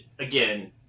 again